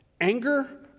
anger